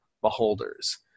Beholders